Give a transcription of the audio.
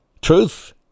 truth